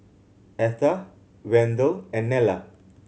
Etha Wendell and Nella